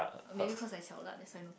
maybe cause I that's why no